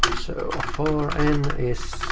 so for n is